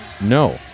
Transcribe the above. no